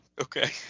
Okay